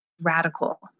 radical